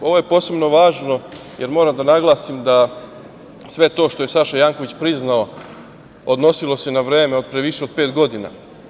Ovo je posebno važno jer moram da naglasim da sve to što je Saša Janković priznao, odnosilo se na vreme od pre više od pet godina.